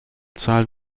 zahl